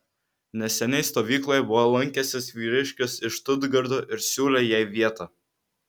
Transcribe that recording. neseniai stovykloje buvo lankęsis vyriškis iš štutgarto ir siūlė jai vietą